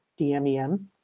DMEM